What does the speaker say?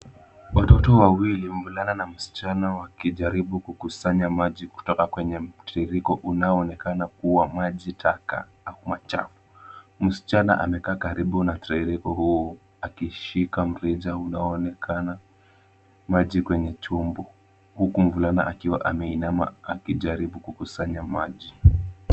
Watoto wawili, mvulana na msichana wakijaribu kukusanya maji kutoka kwenye mtiririko unaoonekana kuwa maji taka ama chafu. Msichana amekaa karibu na tiririko huo akishika mrija unaoonekana maji kwenye chombo, huku mvulana akiwa ameinama akijaribu kukusanya maji.